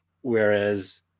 whereas